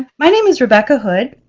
my name is rebecca hood,